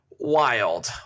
wild